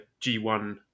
G1